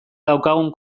daukagun